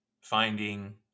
finding